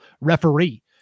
referee